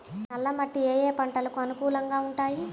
నల్ల మట్టి ఏ ఏ పంటలకు అనుకూలంగా ఉంటాయి?